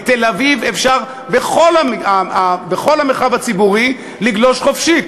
בתל-אביב אפשר בכל המרחב הציבורי לגלוש חופשי,